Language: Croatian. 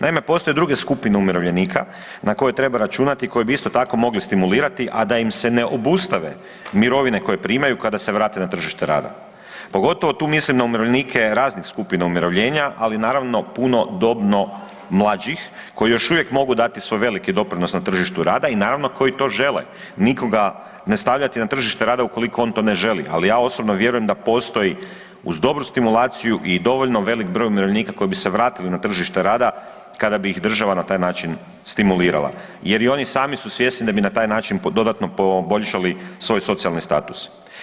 Naime, postoje druge skupine umirovljenika na koje treba računati i koje bi isto tako mogli stimulirati, a da im se ne obustave mirovine koje primaju na tržište rada, pogotovo tu mislim na umirovljenike raznih skupina umirovljenja, ali naravno puno dobno mlađih koji još uvijek mogu dati svoj veliki doprinos na tržištu rada i naravno koji to žele, nikoga ne stavljati na tržište rada ukoliko on to ne želi, al ja osobno vjerujem da postoji uz dobru stimulaciju i dovoljno velik broj umirovljenika koji bi se vratili na tržište rada kada bi ih država na taj način stimulirala jer i oni sami su svjesni da bi na taj način dodatno poboljšali svoj socijalni status.